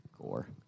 gore